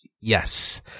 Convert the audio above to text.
Yes